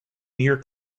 near